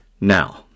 Now